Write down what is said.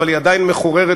אבל היא עדיין מחוררת,